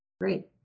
Great